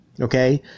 Okay